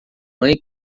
mãe